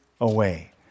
away